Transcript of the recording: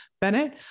Bennett